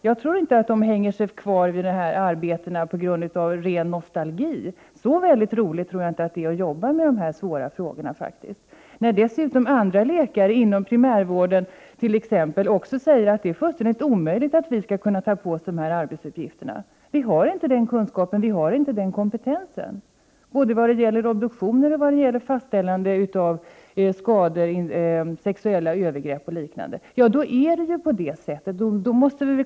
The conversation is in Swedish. Jag tror inte att de hänger kvar i sina arbeten av ren nostalgi — så roligt tror jag faktiskt inte att det är att jobba med dessa svåra frågor. När dessutom andra läkare, t.ex. inom primärvården, säger att det är fullständigt omöjligt att de skall kunna ta på sig dessa arbetsuppgifter och att de inte har kunskapen och kompetensen för det — vare sig det gäller obduktioner eller fastställande av skador av sexuella övergrepp och liknande — måste vi ta det till oss.